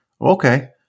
Okay